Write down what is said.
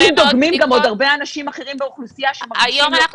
אבל אם דוגמים גם עוד הרבה אנשים אחרים באוכלוסייה שמרגישים לא טוב